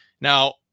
Now